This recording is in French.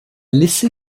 laissé